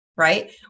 right